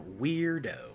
Weirdo